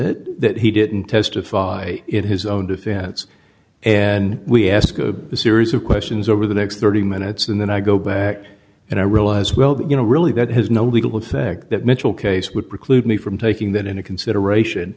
it that he didn't testify in his own defense and we asked a series of questions over the next thirty minutes and then i go back and i realize well you know really that has no legal effect that mitchell case would preclude me from taking that into consideration